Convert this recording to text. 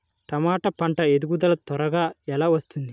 టమాట పంట ఎదుగుదల త్వరగా ఎలా వస్తుంది?